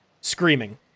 screaming